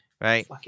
Right